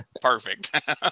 Perfect